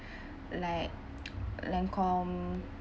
like Lancome